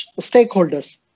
stakeholders